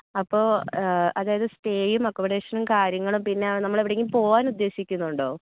അപ്പോൾ അതായത് സ്റ്റേയും അക്കോമഡേഷനും കാര്യങ്ങളും പിന്നെ നമ്മൾ എവിടെയെങ്കിലും പോവാൻ ഉദ്ദേശിക്കുന്നുണ്ടോ